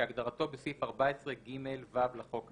כהגדרתו בסעיף 14ג(ו) לחוק האמור."